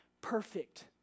perfect